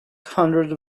hundred